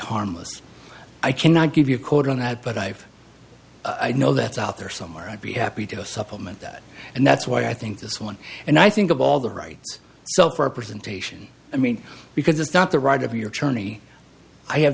harmless i cannot give you a quote on that but i know that's out there somewhere i'd be happy to supplement that and that's why i think this one and i think of all the rights so far presentation i mean because it's not the right of your czerny i have